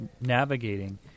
navigating